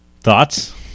Thoughts